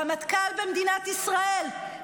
רמטכ"ל במדינת ישראל,